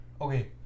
Okay